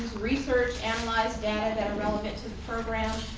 research, analyze data that are relevant to the program.